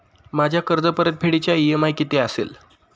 माझ्या कर्जपरतफेडीचा इ.एम.आय किती असेल?